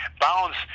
Bounds